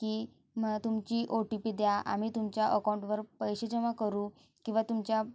की मला तुमची ओ टी पी द्या आम्ही तुमच्या अकाऊंटवर पैसे जमा करू किंवा तुमच्या